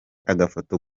agafoto